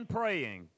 praying